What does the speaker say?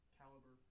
caliber